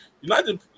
United